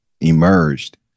emerged